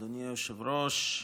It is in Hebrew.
אדוני היושב-ראש,